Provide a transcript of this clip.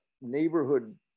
neighborhood